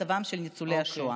מצבם של ניצולי השואה.